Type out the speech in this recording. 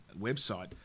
website